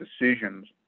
decisions